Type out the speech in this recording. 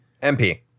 MP